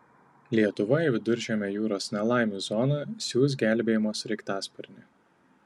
lietuva į viduržemio jūros nelaimių zoną siųs gelbėjimo sraigtasparnį